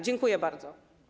Dziękuję bardzo.